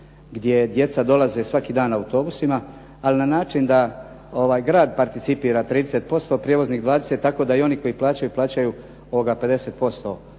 gdje djeca dolaze svaki dan autobusima, ali na način da grad participira 30%, prijevoznik 20, tako da i oni koji plaćaju, plaćaju 50%